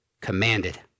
commanded